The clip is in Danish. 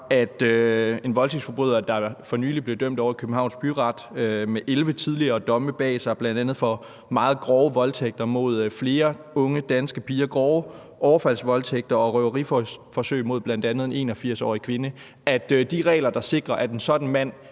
at en voldtægtsforbryder, der for nylig blev dømt ovre i Københavns Byret, med 11 tidligere domme bag sig – bl.a. for meget grove voldtægter mod flere unge danske piger, grove overfaldsvoldtægter og røveriforsøg mod bl.a. en 81-årig kvinde – ikke kan blive frataget sit